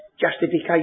justification